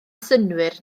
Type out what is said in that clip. synnwyr